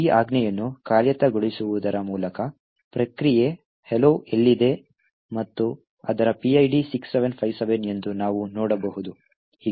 ಈ ಆಜ್ಞೆಯನ್ನು ಕಾರ್ಯಗತಗೊಳಿಸುವುದರ ಮೂಲಕ ಪ್ರಕ್ರಿಯೆ ಹಲೋ ಎಲ್ಲಿದೆ ಮತ್ತು ಅದರ PID 6757 ಎಂದು ನಾವು ನೋಡಬಹುದು